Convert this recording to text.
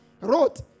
wrote